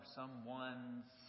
someones